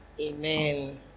Amen